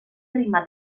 prima